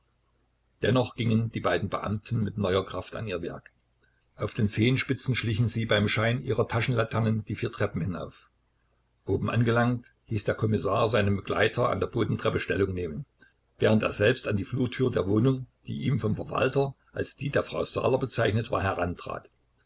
dennoch gingen die beiden beamten mit neuer kraft an ihr werk auf den zehenspitzen schlichen sie beim schein ihrer taschenlaternen die vier treppen hinauf oben angelangt hieß der kommissar seinen begleiter an der bodentreppe stellung nehmen während er selbst an die flurtür der wohnung die ihm vom verwalter als die der frau saaler bezeichnet war herantrat